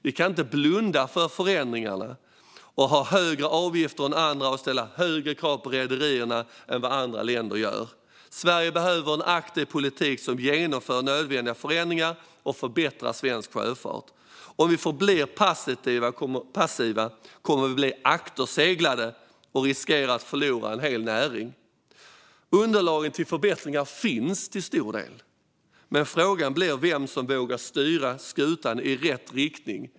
Vi kan inte blunda för förändringarna, ha högre avgifter än andra och ställa högre krav på rederierna än vad andra länder gör. Sverige behöver en aktiv politik som genomför nödvändiga förändringar och förbättrar svensk sjöfart. Om vi förblir passiva kommer vi att bli akterseglade och riskera att förlora en hel näring. Underlagen till förbättringar finns till stor del, men frågan blir vem som vågar styra skutan i rätt riktning.